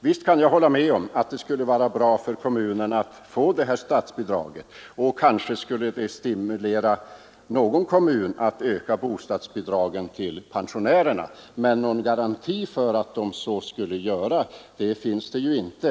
Visst kan jag hålla med om att det skulle vara bra för kommunerna att få detta statsbidrag. Det skulle kanske stimulera någon kommun till att öka bostadsbidragen till pensionärerna, men någon garanti för att de skulle göra det finns ju inte.